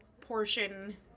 portion